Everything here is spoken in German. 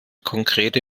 konkrete